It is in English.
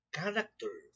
character